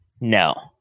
No